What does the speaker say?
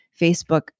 Facebook